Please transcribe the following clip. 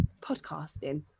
Podcasting